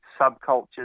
subcultures